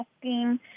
asking